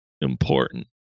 important